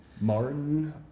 Martin